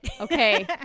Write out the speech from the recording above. Okay